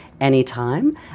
anytime